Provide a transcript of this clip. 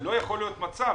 אבל לא יכול להיות מצב